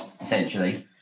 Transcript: essentially